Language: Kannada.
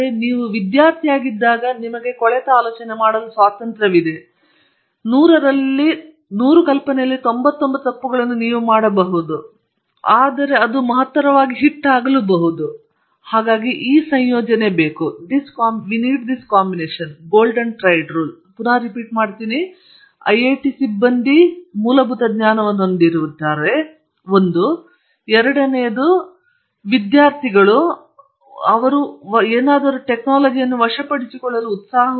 ಆದರೆ ನೀವು ವಿದ್ಯಾರ್ಥಿಯಾಗಿದ್ದಾಗ ನಿಮಗೆ ಸ್ವಾತಂತ್ರ್ಯವಿದೆ 100 ನೇ ಕಲ್ಪನೆಯಲ್ಲಿ ನೀವು 99 ತಪ್ಪುಗಳನ್ನು ಮಾಡಬಹುದು ಅದು ಮಹತ್ತರವಾದ ಹಿಟ್ ಆಗಿರಬಹುದು ಮತ್ತು ಇದು ಅಗತ್ಯವಿರುವ ಎಲ್ಲಾ